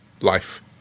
life